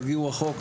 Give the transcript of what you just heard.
יגיעו רחוק,